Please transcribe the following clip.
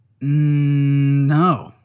no